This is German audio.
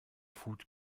food